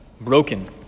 broken